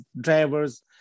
drivers